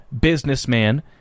businessman